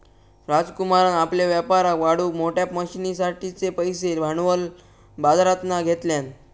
राजकुमारान आपल्या व्यापाराक वाढवूक मोठ्या मशनरींसाठिचे पैशे भांडवल बाजरातना घेतल्यान